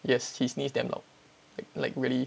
yes he sneeze damn loud like like really